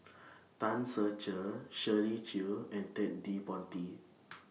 Tan Ser Cher Shirley Chew and Ted De Ponti